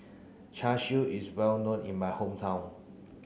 Char Siu is well known in my hometown